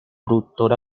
productor